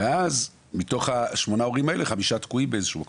ואז מתוך השמונה הורים האלה חמישה תקועים באיזשהו מקום.